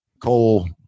coal